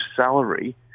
salary